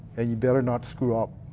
and you better not screw up.